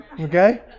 okay